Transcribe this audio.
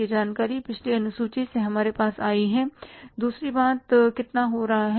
यह जानकारी पिछली अनुसूची से हमारे पास आई है दूसरी बात कितना हो रही है